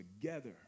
together